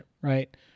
right